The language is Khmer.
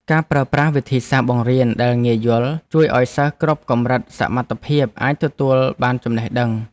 ការប្រើប្រាស់វិធីសាស្ត្របង្រៀនដែលងាយយល់ជួយឱ្យសិស្សគ្រប់កម្រិតសមត្ថភាពអាចទទួលបានចំណេះដឹង។